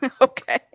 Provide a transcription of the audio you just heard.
Okay